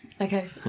Okay